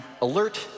alert